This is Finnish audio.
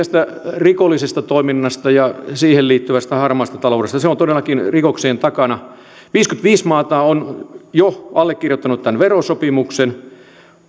rikollisesta toiminnasta ja siihen liittyvästä harmaasta taloudesta se on todellakin rikoksien takana viisikymmentäviisi maata on jo allekirjoittanut tämän verosopimuksen